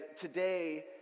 today